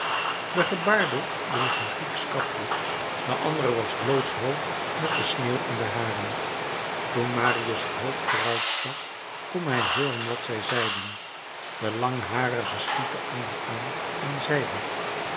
de gebaarde droeg een grieksch kapje de andere was blootshoofd met de sneeuw in de haren toen marius t hoofd vooruitstak kon hij hooren wat zij zeiden de langharige stiet den andere aan en zeide